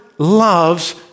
loves